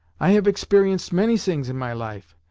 i have experiencet many sings in my life,